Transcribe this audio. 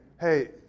hey